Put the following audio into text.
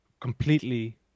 completely